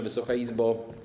Wysoka Izbo!